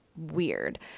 weird